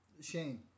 Shane